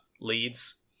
leads